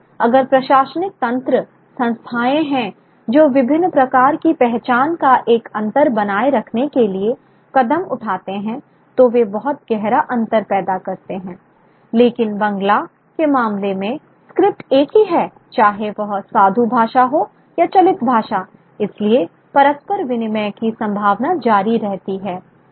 इसलिए अगर प्रशासनिक तंत्र संस्थाएँ हैं जो विभिन्न प्रकार की पहचान का एक अंतर बनाए रखने के लिए कदम उठाते हैं तो वे बहुत गहरा अंतर पैदा करते हैं लेकिन बांग्ला के मामले में स्क्रिप्ट एक ही है चाहे वह साधु भाषा हो या चलित भाषा इसलिए परस्पर विनिमय की संभावना जारी रहती है